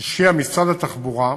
השקיע משרד התחבורה,